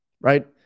right